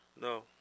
No